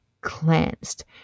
cleansed